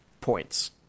points